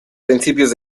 principios